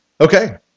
Okay